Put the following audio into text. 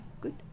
good